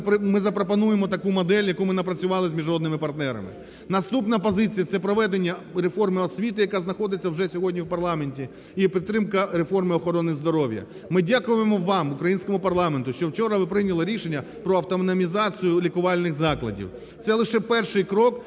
ми запропонуємо таку модель, яку ми запропонували з міжнародними партнерами; наступна позиція – це проведення реформи освіти, яка знаходиться вже сьогодні у парламенті, і підтримка реформи охорони здоров'я. Ми дякуємо вам, українському парламенту, що вчора ви прийняли рішення про автономізацію лікувальних закладів. Це лише перший крок,